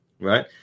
right